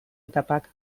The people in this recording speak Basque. etapak